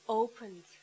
opened